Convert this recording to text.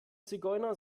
zigeuner